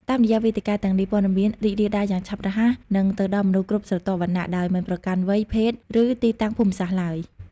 តាមរយៈវេទិកាទាំងនេះ ព័ត៌មានរីករាលដាលយ៉ាងឆាប់រហ័ស និងទៅដល់មនុស្សគ្រប់ស្រទាប់វណ្ណៈ ដោយមិនប្រកាន់វ័យ ភេទ ឬទីតាំងភូមិសាស្ត្រឡើយ។